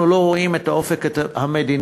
אנחנו לא רואים את האופק המדיני,